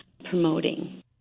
promoting